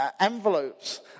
envelopes